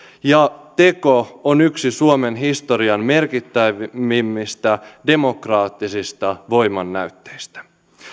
ja teko on yksi suomen historian merkittävimmistä demokraattisista voimannäytteistä